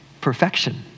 perfection